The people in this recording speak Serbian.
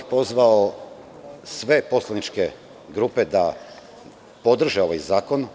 Pozvao bih sve poslaničke grupe da podrže ovaj zakon.